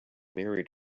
married